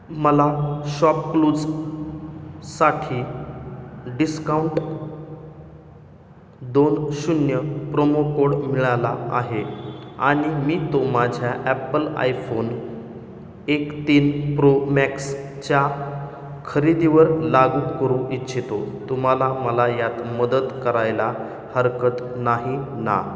मला शॉपक्लूजसाठी डिस्काउंट दोन शून्य प्रोमो कोड मिळाला आहे आणि मी तो माझ्या ॲपल आयफोन एक तीन प्रोमॅक्सच्या खरेदीवर लागू करू इच्छितो तुम्हाला मला यात मदत करायला हरकत नाही ना